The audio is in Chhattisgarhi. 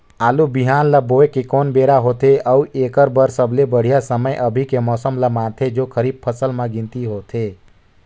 आलू बिहान ल बोये के कोन बेरा होथे अउ एकर बर सबले बढ़िया समय अभी के मौसम ल मानथें जो खरीफ फसल म गिनती होथै?